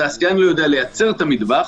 התעשיין לא יידע לייצר את המטבח,